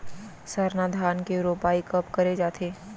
सरना धान के रोपाई कब करे जाथे?